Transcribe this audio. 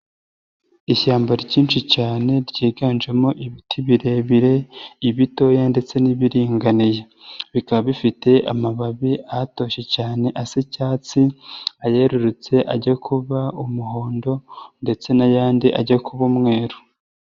Ishyamba ryinshi cyane ryiganjemo ibiti birebire, ibitoya ndetse n'ibiringaniye, bikaba bifite amababi ahatoshye cyane asa icyatsi ayerurutse ajya kuba umuhondo ndetse n'ayandi ajya kuba umweru.